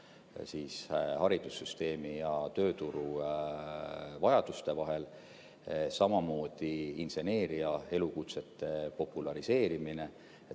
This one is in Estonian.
klapp haridussüsteemi ja tööturu vajaduste vahel, samamoodi inseneeria elukutsete populariseerimine.